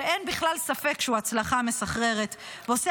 שאין בכלל ספק שהוא הצלחה מסחררת ועושה